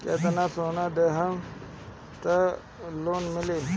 कितना सोना देहम त लोन मिली?